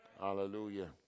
hallelujah